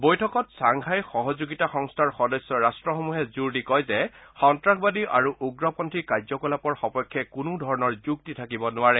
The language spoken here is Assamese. বৈঠকত ছাংঘাই সহযোগিতা সংস্থাৰ সদস্য ৰাষ্ট্সমূহে জোৰ দি কয় যে সন্ত্ৰাসবাদী আৰু উগ্ৰপন্থী কাৰ্যকলাপৰ সপক্ষে কোনো ধৰণৰ যুক্তি থাকিব নোৱাৰে